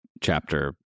chapter